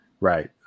right